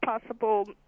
possible